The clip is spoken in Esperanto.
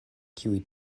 kiuj